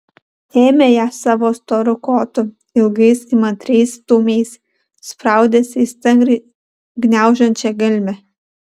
ėmė ją savo storu kotu ilgais įmantriais stūmiais spraudėsi į stangriai gniaužiančią gelmę